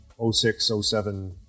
06-07